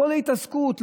כל ההתעסקות,